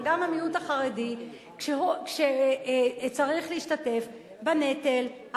וגם המיעוט החרדי צריך להשתתף בנטל.